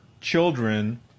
children